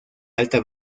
alta